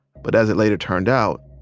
but, as it later turned out,